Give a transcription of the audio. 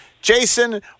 Jason